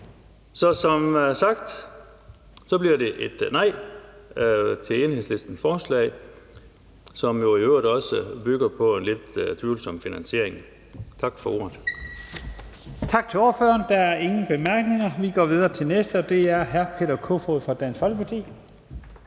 Så som sagt bliver det et nej til Enhedslistens forslag, som jo i øvrigt også bygger på en lidt tvivlsom finansiering. Tak for ordet. Kl. 14:27 Første næstformand (Leif Lahn Jensen): Tak til ordføreren. Der er ingen korte bemærkninger. Vi går videre til den næste, og det er hr. Peter Kofod fra Dansk Folkeparti.